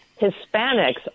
Hispanics